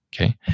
Okay